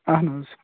اَہَن حظ